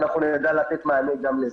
אנחנו נדע לתת מענה גם לזה.